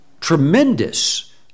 tremendous